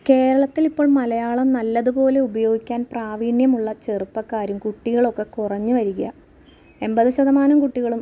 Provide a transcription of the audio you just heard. കേരളത്തിലിപ്പം മലയാളം നല്ലതുപോലെ ഉപയോഗിക്കാൻ പ്രാവീണ്യമുള്ള ചെറുപ്പക്കാരും കുട്ടികളൊക്കെ കുറഞ്ഞുവരികയാണ് എൺപത് ശതമാനം കുട്ടികളും